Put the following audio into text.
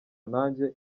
nanjye